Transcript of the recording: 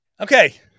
Okay